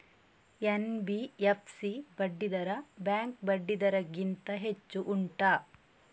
NBFC ಬಡ್ಡಿ ದರ bank ಬಡ್ಡಿ ದರ ಗಿಂತ ಹೆಚ್ಚು ಉಂಟಾ